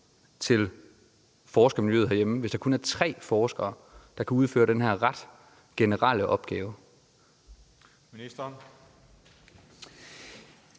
til forskermiljøet herhjemme, hvis der kun er tre forskere, der kan udføre den her ret generelle opgave. Kl.